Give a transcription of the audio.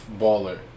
baller